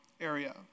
area